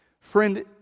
Friend